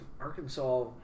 Arkansas